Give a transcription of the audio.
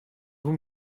vous